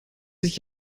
dich